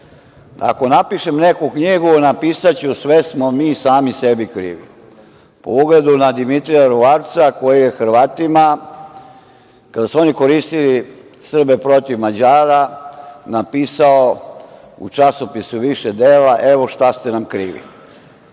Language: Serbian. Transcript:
ako napišem neku knjigu, napisaću „sve smo mi sami sebi krivi“ a po ugledu na Dimitrija Ruvarca koji je Hrvatima, kada su oni koristili Srbe protiv Mađara, napisao u časopisu više dela „Evo, šta ste nam krivi“.